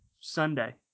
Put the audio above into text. Sunday